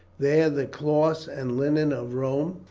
there the cloths and linen of rome,